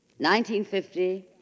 1950